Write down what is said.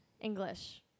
English